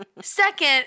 Second